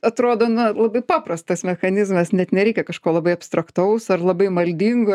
atrodo na labai paprastas mechanizmas net nereikia kažko labai abstraktaus ar labai maldingo